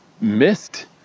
missed